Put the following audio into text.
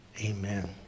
Amen